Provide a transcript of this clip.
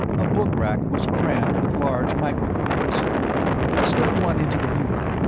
a bookrack was crammed with large microcards i slipped one into the viewer,